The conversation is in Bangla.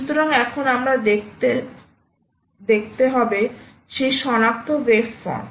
সুতরাং এখন আমরা দেখতে হবো সেই সনাক্ত ওয়েবফর্ম